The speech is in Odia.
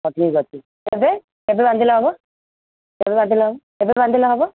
ହଉ ଠିକ୍ ଅଛି ଯେ ଏବେ ବାନ୍ଧିଲେ ହେବ ଏବେ ବାନ୍ଧିଲେ ହେବ ଏବେ ବାନ୍ଧିଲେ ହେବ